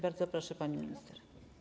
Bardzo proszę, pani minister.